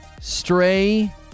Stray